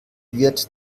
wird